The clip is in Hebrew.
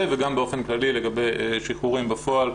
וגם באופן כללי לגבי שחרורים בפועל,